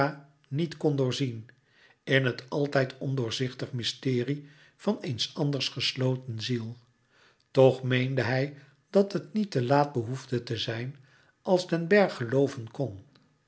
niet kon doorzien in het altijd ondoorzichtig mysterie van eens anders gesloten ziel toch meende hij dat het niet te laat behoefde te zijn als den bergh gelooven kon